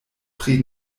pri